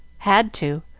had to.